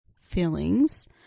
feelings